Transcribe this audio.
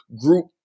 group